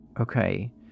Okay